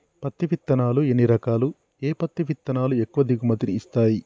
పత్తి విత్తనాలు ఎన్ని రకాలు, ఏ పత్తి విత్తనాలు ఎక్కువ దిగుమతి ని ఇస్తాయి?